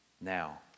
Now